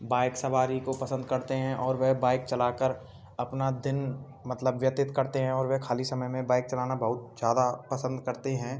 bike सवारी को पसंद करते हैं और वे बाइक चलाकर अपना दिन मतलब व्यतीत करते हैं और वे ख़ाली समय में बाइक चलाना बहुत जयदा पसंद करते हैं